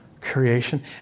creation